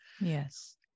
Yes